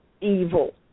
evil